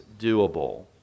doable